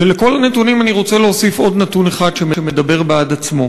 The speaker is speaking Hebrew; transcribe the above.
ולכל הנתונים אני רוצה להוסיף עוד נתון אחד שמדבר בעד עצמו.